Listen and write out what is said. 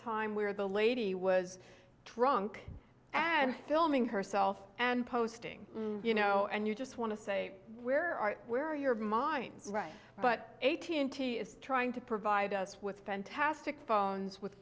time where the lady was drunk and filming herself and posting you know and you just want to say where are where your mind's right but eighteen t is trying to provide us with fantastic phones with